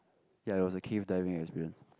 ya it was a cave diving experience